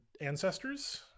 ancestors